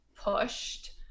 pushed